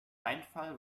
einfall